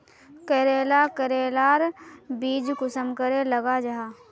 करेला करेलार बीज कुंसम करे लगा जाहा?